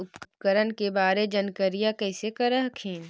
उपकरण के बारे जानकारीया कैसे कर हखिन?